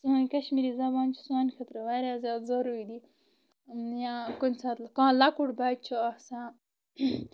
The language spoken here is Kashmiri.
سٲنۍ کشمیٖری زبان چھِ سانہِ خٲطرٕ واریاہ زیادٕ ضروٗری یا کُنہِ ساتہٕ کانٛہہ لۄکُٹ بچہِ چھُ آسان